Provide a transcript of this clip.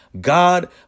God